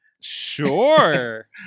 Sure